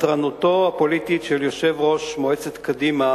חתרנותו הפוליטית של יושב-ראש מועצת קדימה